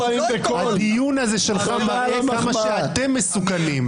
הדיון הזה מראה כמה אתם מסוכנים.